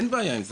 אין בעיה עם זה.